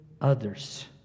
others